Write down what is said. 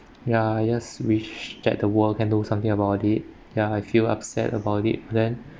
ya I just wish that the world can do something about it ya I feel upset about it then